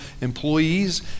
employees